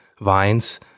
vines